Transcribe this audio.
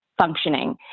functioning